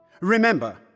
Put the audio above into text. Remember